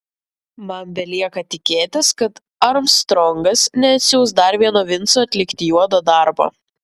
man belieka tikėtis kad armstrongas neatsiųs dar vieno vinco atlikti juodo darbo